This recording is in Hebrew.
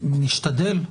נשתדל.